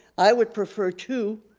i would prefer two,